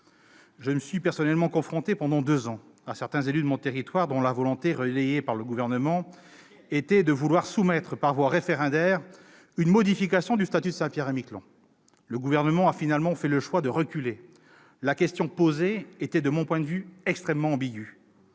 Je me suis personnellement confronté pendant deux ans à certains élus de mon territoire, ... Lesquels ?... dont la volonté, relayée par le Gouvernement, était de vouloir introduire par voie référendaire une modification du statut de Saint-Pierre-et-Miquelon. Le Gouvernement a finalement fait le choix de reculer, mais la question posée était, de mon point de vue, extrêmement ambiguë.